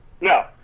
no